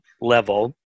level